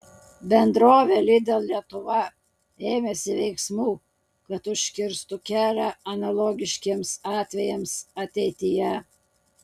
bendrovė lidl lietuva ėmėsi veiksmų kad užkirstų kelią analogiškiems atvejams ateityje